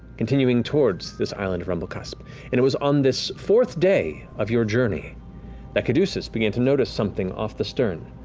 continuing towards this island of rumblecusp. and it was on this fourth day of your journey that caduceus began to notice something off the stern.